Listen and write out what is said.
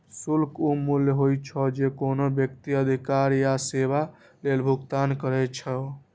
शुल्क ऊ मूल्य होइ छै, जे कोनो व्यक्ति अधिकार या सेवा लेल भुगतान करै छै